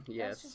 yes